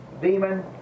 demon